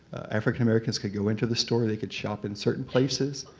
african americans could go into the store. they could shop in certain places.